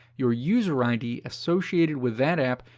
your user id associated with that app,